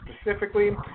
specifically